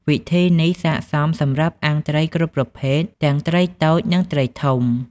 វិធីនេះស័ក្តិសមសម្រាប់អាំងត្រីគ្រប់ប្រភេទ ទាំងត្រីតូច និងត្រីធំ។